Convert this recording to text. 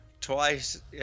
Twice